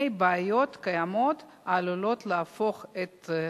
התשע"ב 2012,